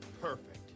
perfect